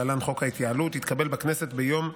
התקבל בכנסת ביום ו'